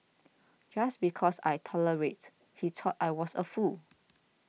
just because I tolerated he thought I was a fool